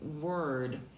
word